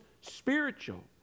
spiritual